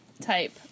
type